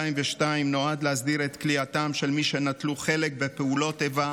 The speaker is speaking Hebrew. נועד להסדיר את כליאתם של מי שנטלו חלק בפעולות איבה